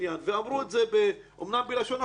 אמרו את זה אמנם בלשון אחרת,